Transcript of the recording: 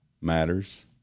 matters